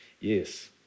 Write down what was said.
Yes